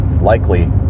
likely